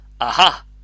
Aha